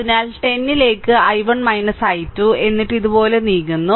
അതിനാൽ 10 ലേക്ക് I1 I2 എന്നിട്ട് ഇതുപോലെ നീങ്ങുന്നു